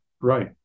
Right